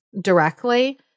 directly